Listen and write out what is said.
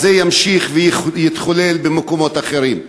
זה ימשיך ויתחולל במקומות אחרים.